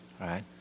Right